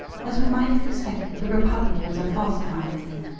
as we might have expected, the republicans are falsifying me,